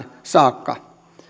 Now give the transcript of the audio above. saakka